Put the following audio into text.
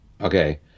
Okay